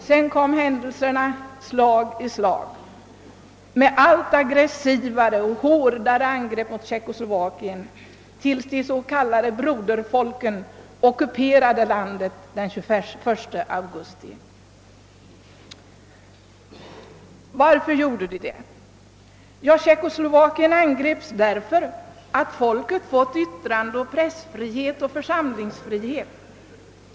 Sedan kom händelserna slag i slag med allt aggressivare och hårdare angrepp mot Tjeckoslovakien tills de s.k. broderfolken ockuperade landet den 21 augusti. Varför gjorde de det? Jo, Tjeckslovakien angreps därför att folket fått yttrandeoch pressfrihet samt församlingsfrihet.